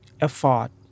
effort